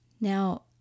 Now